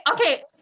okay